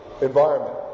environment